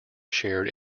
shared